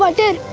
did